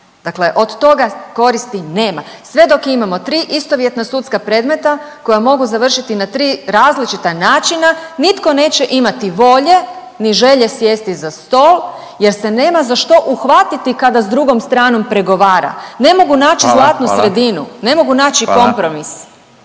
Dakle, od toga koristi nema. Sve dok imamo tri istovjetna sudska predmeta koja mogu završiti na tri različita načina nitko neće imati volje ni želje sjesti za stol jer se nama za što uhvatiti kada s drugom stranom pregovara. …/Upadica: Hvala, hvala./… Ne mogu naći zlatnu